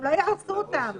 הם לא יהרסו אותם.